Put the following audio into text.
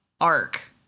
arc